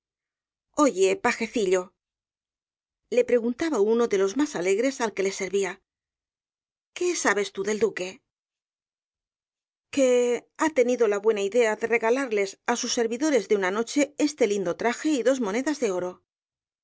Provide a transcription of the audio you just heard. oye pajecillo le preguntaba uno de los más alegres al que le servía qué sabes tú del duque que ha tenido la buena idea de regalarles á sus servidores de una noche este lindo traje y dos monedas de oro es